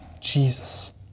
Jesus